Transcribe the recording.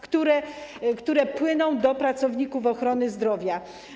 które płyną do pracowników ochrony zdrowia.